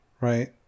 right